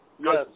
yes